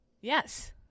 Yes